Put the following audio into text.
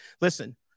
Listen